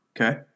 Okay